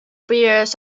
pears